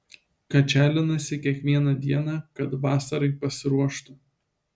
kačialinasi kiekvieną dieną kad vasarai pasiruoštų